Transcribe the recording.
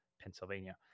Pennsylvania